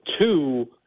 two